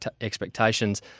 expectations